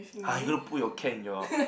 har you gonna put your cat